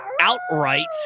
outright